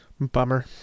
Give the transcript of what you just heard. bummer